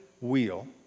wheel